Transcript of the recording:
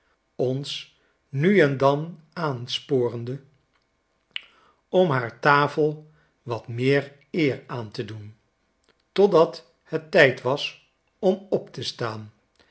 ons nu en dan aansporende om haar tafei wat meer eer aan te doen totdathettijd was om op te staan